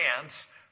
chance